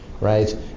right